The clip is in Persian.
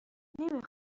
نمی